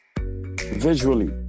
visually